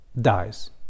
dies